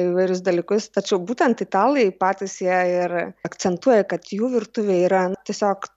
įvairius dalykus tačiau būtent italai patys ją ir akcentuoja kad jų virtuvė yra tiesiog